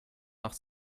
nach